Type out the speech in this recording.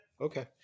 okay